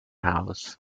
house